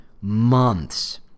months